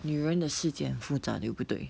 女人的世界很复杂对不对